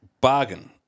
bargain